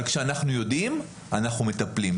אבל כשאנחנו יודעים אנחנו מטפלים.